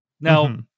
Now